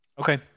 okay